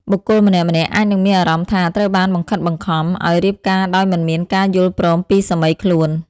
បុគ្គលម្នាក់ៗអាចនឹងមានអារម្មណ៍ថា ត្រូវបានបង្ខិតបង្ខំ ឱ្យរៀបការដោយមិនមានការយល់ព្រមពីសមីខ្លួន។